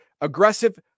aggressive